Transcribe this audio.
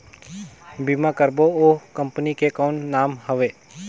बीमा करबो ओ कंपनी के कौन नाम हवे?